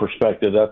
perspective